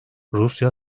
rusya